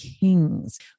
Kings